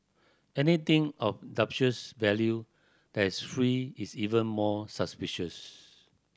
anything of dubious value that is free is even more suspicious